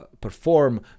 perform